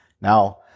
Now